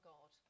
God